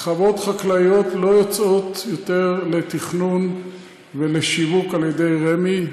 חוות חקלאיות כבר לא יוצאות לתכנון ולשיווק על ידי רמ"י.